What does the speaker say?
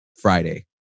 Friday